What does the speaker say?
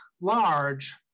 large